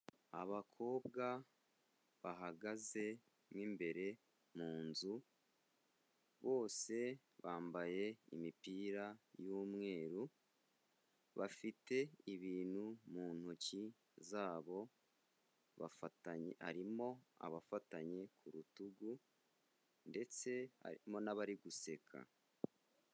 Abakobwa bahagaze mu imbere mu nzu, bose bambaye imipira y'umweru, bafite ibintu mu ntoki zabo, bafatanye harimo abafatanye ku rutugu, ndetse harimo n'abari guseka.